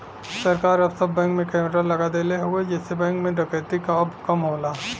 सरकार अब सब बैंक में कैमरा लगा देले हउवे जेसे बैंक में डकैती अब कम होला